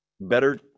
better